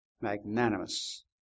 magnanimous